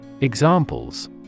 Examples